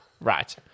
Right